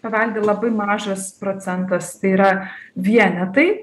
paveldi labai mažas procentas tai yra vienetai